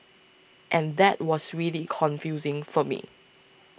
and that was really confusing for me